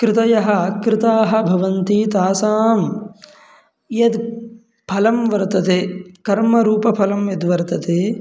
कृतयः कृताः भवन्ति तासां यत् फलं वर्तते कर्मरूपफलं यद्वर्तते